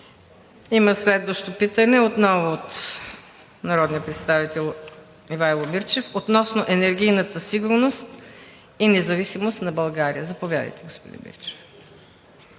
Има следващо питане отново от народния представител Ивайло Мирчев относно енергийната сигурност и независимост на България. Заповядайте, господин Мирчев.